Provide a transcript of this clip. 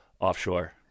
offshore